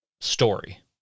story